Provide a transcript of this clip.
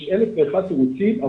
יש אלף ואחד תירוצים,